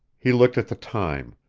he looked at the time.